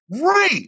Right